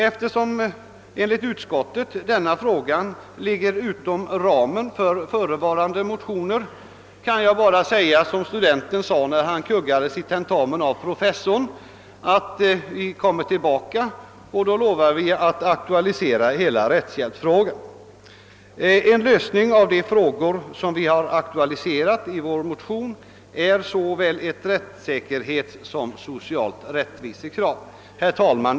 Eftersom rättshjälpsfrågan emellertid enligt utskottet faller utom ramen för de väckta motionerna, kan jag bara säga som studenten sade till professorn sedan han kuggats i tentamen: »Jag kommer tillbaka!» Och jag lovar att då, herr talman, aktualisera hela rättshjälpsfrågan. En lösning av de problem som vi tagit upp i motionerna är såväl ett rättssäkerhetskrav som ett socialt rättvisekrav. Herr talman!